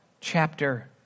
chapter